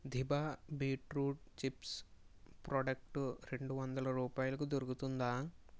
దిభా beetroot chips product రెండు వందల రూపాయలకు దొరుకుతుందా